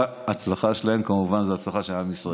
ההצלחה שלהם היא כמובן הצלחה של עם ישראל.